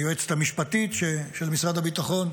ליועצת המשפטית של משרד הביטחון,